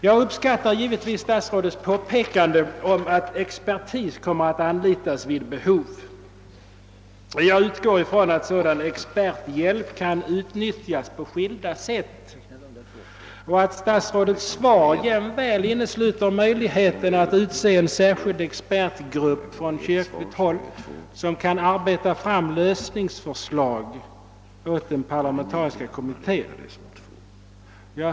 Jag uppskattar givetvis statsrådets påpekande om att expertis kommer att anlitas vid behov. Jag utgår från att sådan experthjälp kan utnyttjas på skilda sätt och att statsrådets svar jämväl innesluter möjligheten att från kyrkligt håll utse en särskild expertgrupp som kan arbeta fram lösningsförslag åt den parlamentariska kommittén.